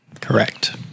Correct